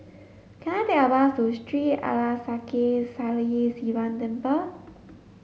can I take a bus to Sri Arasakesari Sivan Temple